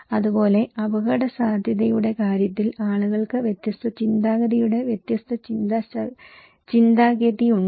അതുപോലെ അപകടസാധ്യതയുടെ കാര്യത്തിൽ ആളുകൾക്ക് വ്യത്യസ്ത ചിന്താഗതിയുടെ വ്യത്യസ്ത ചിന്താഗതിയുണ്ട്